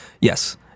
Yes